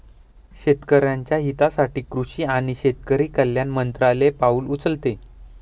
शेतकऱ्याच्या हितासाठी कृषी आणि शेतकरी कल्याण मंत्रालय पाउल उचलते